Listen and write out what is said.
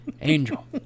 Angel